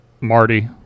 marty